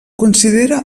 considera